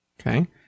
Okay